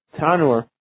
tanur